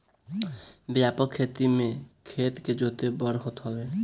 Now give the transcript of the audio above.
व्यापक खेती में खेत के जोत बड़ होत हवे